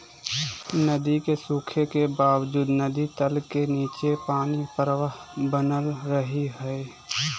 नदी के सूखे के बावजूद नदी तल के नीचे पानी के प्रवाह बनल रहइ हइ